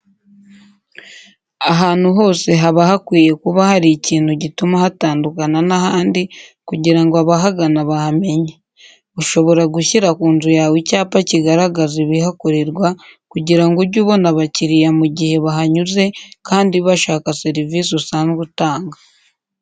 Ahantu hose haba hakwiye kuba hari ikintu gituma hatandukana n'ahandi kugira ngo abahagana bahamenye. Ushobora gushyira ku nzu yawe icyapa kigaragaza ibihakorerwa kugira ngo ujye ubona abakiriya mu gihe bahanyuze kandi bashaka serivisi usanzwe utanga.